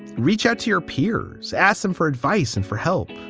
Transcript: reach out to your peers, ask them for advice and for help.